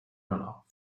runoff